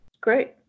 Great